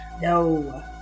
No